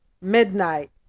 midnight